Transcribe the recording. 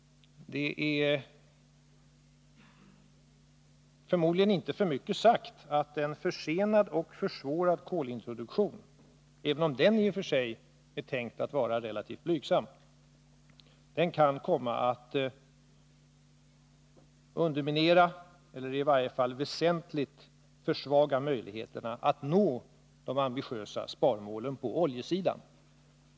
Det är förmodligen inte för mycket sagt att en försenad och försvårad kolintroduktion, även om den i och för sig är tänkt att vara relativt blygsam, kan komma att underminera eller i varje fall väsentligt försvaga möjligheterna att nå de ambitiösa sparmålen på oljesidan.